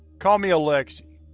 call me alexey.